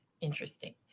Interesting